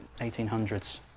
1800s